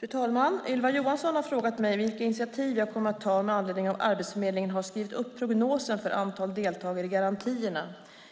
Fru talman! Ylva Johansson har frågat mig vilka initiativ jag kommer att ta med anledning av att Arbetsförmedlingen har skrivit upp prognosen för antalet deltagare i garantierna,